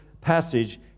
passage